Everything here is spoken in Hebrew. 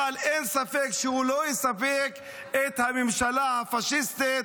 אבל אין ספק שהוא לא יספק את הממשלה הפשיסטית,